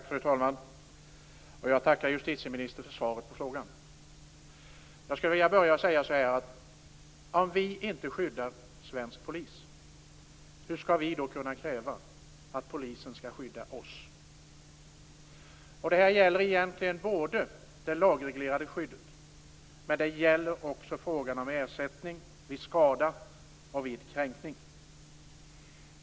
Fru talman! Jag tackar justitieministern för svaret på interpellationen. Jag skulle vilja börja med att säga att om vi inte skyddar svensk polis, hur skall vi då kunna kräva att polisen skall skydda oss? Det här gäller egentligen både det lagreglerade skyddet och frågan om ersättning vid skada och vid kränkning.